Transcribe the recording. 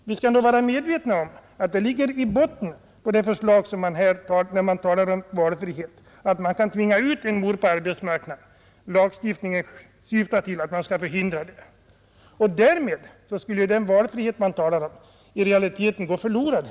Vi måste när vi talar om valfrihet vara medvetna om att förslaget innebär att en mor kan tvingas ut på arbetsmarknaden — lagstiftningen syftar till att förhindra detta — och därmed skulle den valfrihet man vill främja i realiteten gå förlorad.